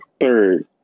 third